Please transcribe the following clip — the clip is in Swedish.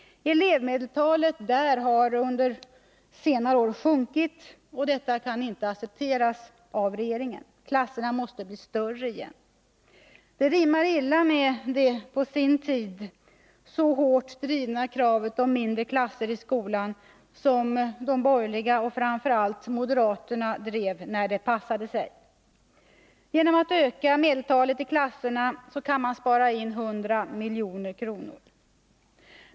Elevmedeltalet har under senare år sjunkit, och detta kan inte accepteras av regeringen. Klasserna måste bli större igen. Det rimmar illa med det krav om mindre klasser i skolan som borgarna — och framför allt moderaterna — på sin tid drev hårt när det passade sig. Genom att öka medeltalet i klasserna kan man spara 100 milj.kr.